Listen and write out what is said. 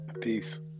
peace